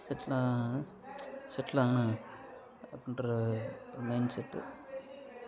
செட்லா செட்லானால் அப்படின்ற ஒரு மைண்ட் செட்டு